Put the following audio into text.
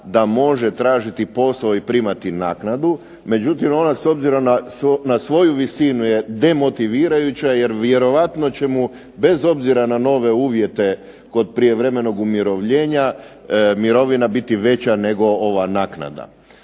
da može tražiti posao i primati naknadu, međutim ona s obzirom na svoju visinu je demotivirajuća jer vjerojatno će mu bez obzira na nove uvjete kod prijevremenog umirovljenja mirovina biti veća nego ova naknada.